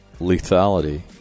lethality